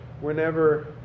whenever